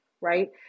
right